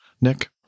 Nick